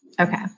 Okay